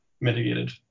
mitigated